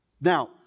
Now